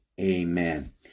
Amen